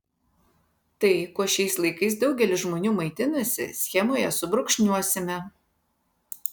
tai kuo šiais laikais daugelis žmonių maitinasi schemoje subrūkšniuosime